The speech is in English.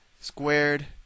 squared